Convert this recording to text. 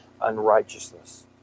unrighteousness